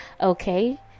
okay